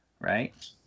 right